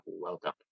welcome